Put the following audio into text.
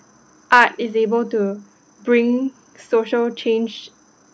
art is able to bring social change